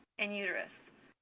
and uterus.